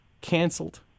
Cancelled